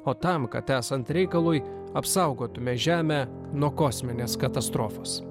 o tam kad esant reikalui apsaugotumėme žemę nuo kosminės katastrofos